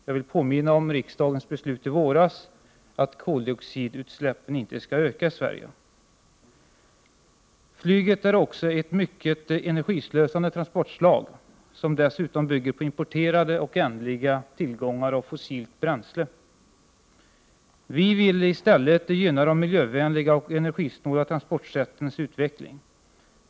Jag vill påminna om riksdagens beslut i våras om att koldioxidutsläppen inte skall öka i Sverige. Flyget är också ett mycket energislösande transportslag, som dessutom bygger på importerade och ändliga tillgångar av fossilt bränsle. Vi villi stället gynna de miljövänliga och energisnåla transportsättens utveckling.